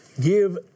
Give